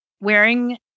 wearing